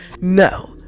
no